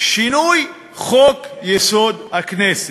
שינוי חוק-יסוד: הכנסת,